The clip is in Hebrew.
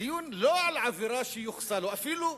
הדיון לא היה על עבירה שיוחסה לו, אפילו בזדון,